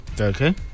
okay